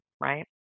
right